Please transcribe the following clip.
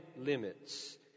limits